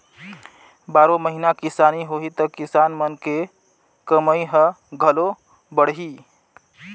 बारो महिना किसानी होही त किसान मन के कमई ह घलो बड़ही